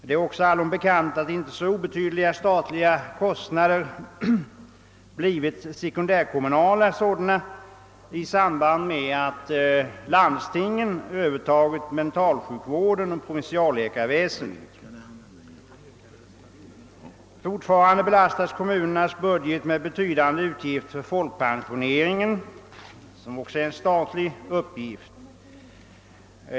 Det är också allom bekant att inte så obetydliga statliga kostnader blivit sekundärkommunala sådana i samband med att landstingen övertagit mentalsjukvården och provinsialläkarväsendet. Fortfarande belastas kommunernas budget med betydande utgifter för folkpensioneringen, som också är en statlig uppgift.